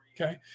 Okay